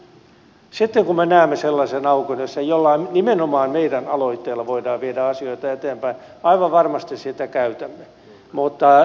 sitten kun me näemme sellaisen aukon jossa nimenomaan meidän aloitteellamme voidaan viedä asioita eteenpäin aivan varmasti sitä käytämme